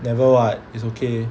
never [what] it's okay